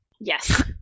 Yes